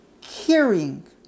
caring